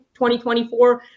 2024